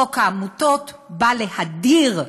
חוק העמותות בא להדיר,